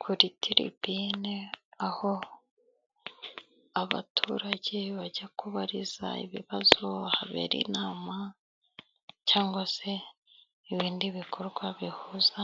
Kuri tiribine aho abaturage bajya kubariza ibibazo, habera inama cyangwa se ibindi bikorwa bihuza